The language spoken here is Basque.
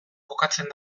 kokatzen